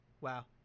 wow